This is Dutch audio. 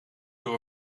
door